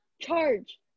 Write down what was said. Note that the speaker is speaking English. charge